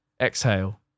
exhale